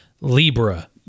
Libra